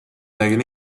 nägin